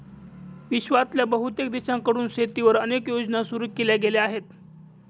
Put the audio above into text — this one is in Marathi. विश्वातल्या बहुतेक देशांकडून शेतीवर अनेक योजना सुरू केल्या गेल्या आहेत